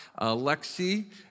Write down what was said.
Alexi